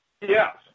Yes